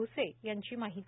भ्से यांची माहिती